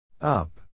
Up